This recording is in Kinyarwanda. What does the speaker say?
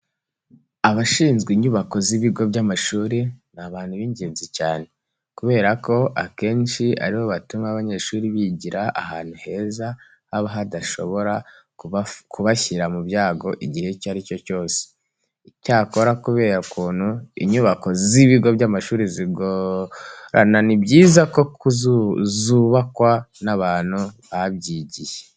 Abashinzwe inyubako z'ibigo by'amashuri ni abantu b'ingenzi cyane kubera ko akenshi ari bo batuma abanyeshuri bigira ahantu heza haba hadashobora kubashyira mu byago igihe icyo ari cyo cyose. Icyakora kubera ukuntu inyubako z'ibigo by'amashuri zigorana ni byiza ko zubakwa n'abantu babyigiye.